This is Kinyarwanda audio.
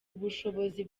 ubushobozi